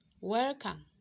welcome